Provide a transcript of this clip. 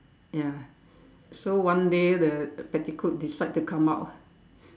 ya so one day the petticoat decide to come out ah